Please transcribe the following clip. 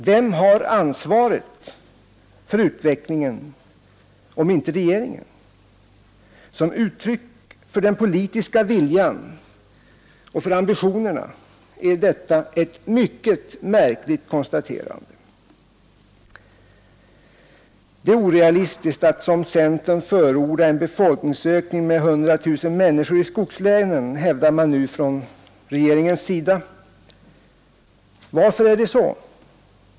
Vem har ansvaret för utvecklingen om inte regeringen? Som uttryck för den politiska viljan och ambitionerna är detta ett mycket märkligt konstaterande. Det är orealistiskt att, som centern, förorda en befolkningsökning med 100 000 människor i skogslänen, hävdar man nu från regeringens sida. Varför är det så?